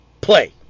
play